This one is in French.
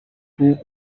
pour